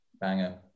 banger